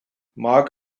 mark